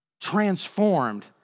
transformed